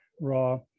raw